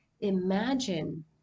imagine